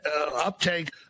uptake